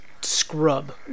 scrub